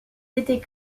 étaient